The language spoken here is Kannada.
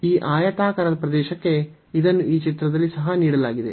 ಈ ಆಯತಾಕಾರದ ಪ್ರದೇಶಕ್ಕೆ ಇದನ್ನು ಈ ಚಿತ್ರದಲ್ಲಿ ಸಹ ನೀಡಲಾಗಿದೆ